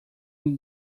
lhe